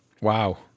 wow